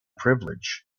privilege